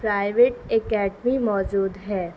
private academy موجود ہے